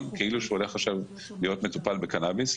כאילו שהוא הולך עכשיו להיות מטופל בקנאביס,